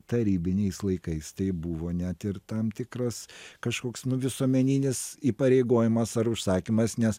tarybiniais laikais tai buvo net ir tam tikras kažkoks nu visuomeninis įpareigojimas ar užsakymas nes